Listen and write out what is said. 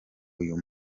uyu